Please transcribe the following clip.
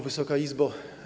Wysoka Izbo!